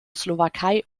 slowakei